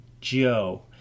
Joe